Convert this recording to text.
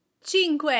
Cinque